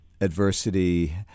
adversity